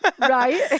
Right